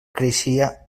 creixia